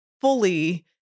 fully